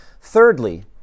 Thirdly